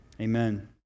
amen